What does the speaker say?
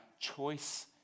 choice